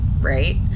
right